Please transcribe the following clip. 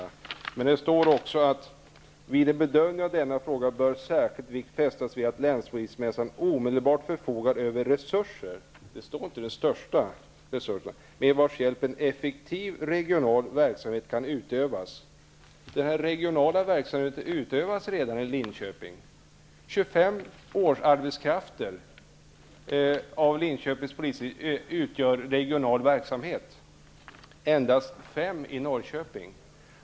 I det här står det att vid en bedömning av denna fråga bör särskild vikt fästas vid att länspolismästaren omedelbart förfogar över resurser -- men det står inte de största resurserna -- med vars hjälp en effektiv regional verksamhet kan utövas. Den regionala verksamheten utövas redan i Linköping. 25 årsarbetskrafter utgör regional verksamhet. Det är endast 5 i Norrköping.